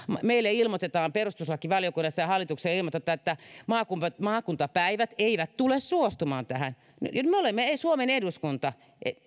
meille ilmoitetaan perustuslakivaliokunnassa ja hallitukselle ilmoitetaan että maakuntapäivät ei tule suostumaan tähän me olemme suomen eduskunta